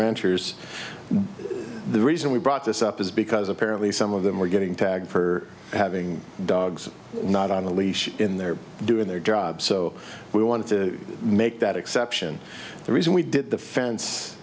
ranchers the reason we brought this up is because apparently some of them were getting tagged for having dogs not on the leash in their doing their job so we wanted to make that exception the reason we did the fence